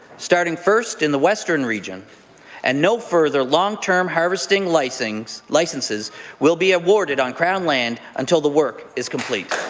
starting first in the western region and no further long-term harvesting licenses licenses will be awarded on crown land until the work is complete.